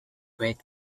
great